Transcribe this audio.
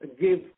give